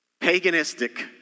paganistic